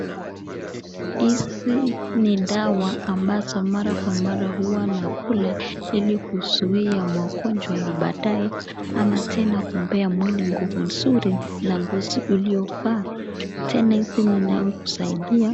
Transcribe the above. Hizi ni dawa ambazo mara kwa mara hua nakula ili kuzuia magonjwa ya baadae ama tena kumpea mwili nguvu nzuri na ngozi uliyofaa tena hizi ninaokusaidia.